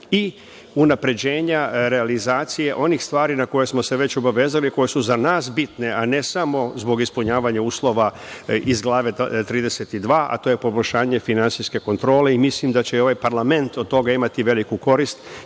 i unapređenja realizacije onih stvari na koje smo se već obavezali, koje su za nas bitne, a ne samo zbog ispunjavanja uslova iz Glave 32, a to je poboljšanje finansijske kontrole. Mislim da će i ovaj parlament od toga imati veliku korist,